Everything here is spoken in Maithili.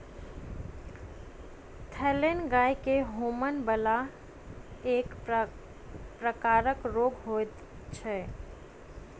थनैल गाय के होमय बला एक प्रकारक रोग होइत छै